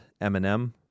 Eminem